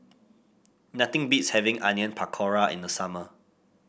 nothing beats having Onion Pakora in the summer